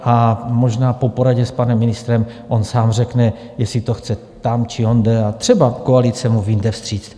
A možná po poradě s panem ministrem on sám řekne, jestli to chce tam či onde, a třeba koalice mu vyjde vstříc.